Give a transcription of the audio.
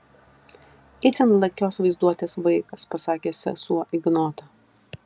itin lakios vaizduotės vaikas pasakė sesuo ignotą